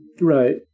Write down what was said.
Right